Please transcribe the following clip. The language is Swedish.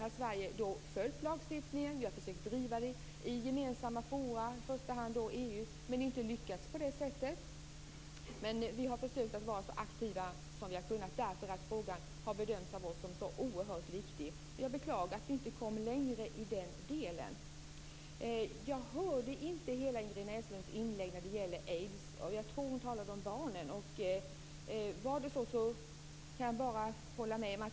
Sverige har följt lagstiftningen. Vi har försökt driva frågorna i gemensamma forum - i första hand i EU - men inte lyckats. Vi har försökt att vara så aktiva som vi har kunnat därför att frågan av oss har bedömts som så oerhört viktig. Jag beklagar att vi inte kom längre i den delen. Jag hörde inte hela Ingrid Näslunds inlägg när det gäller aids. Jag tror att hon talade om barnen. Var det så kan jag bara hålla med.